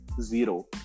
zero